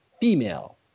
female